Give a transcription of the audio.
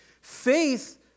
Faith